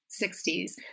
60s